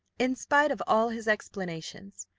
in spite of all his explanations,